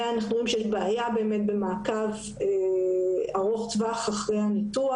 ואנחנו רואים שיש בעיה במעקב ארוך טווח אחרי הניתוח.